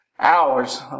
Hours